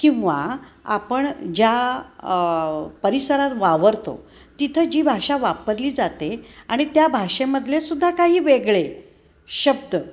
किंवा आपण ज्या परिसरात वावरतो तिथं जी भाषा वापरली जाते आणि त्या भाषेमधलेसुद्धा काही वेगळे शब्द